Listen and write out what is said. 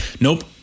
Nope